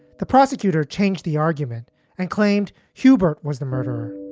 the prosecutor changed the argument and claimed hubert was the murderer.